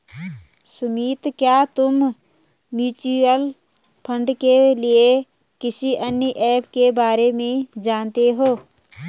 सुमित, क्या तुम mutual fund के लिए किसी अन्य ऐप के बारे में जानते हो?